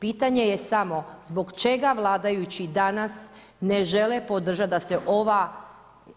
Pitanje je samo zbog čega vladajući danas ne žele podržat da se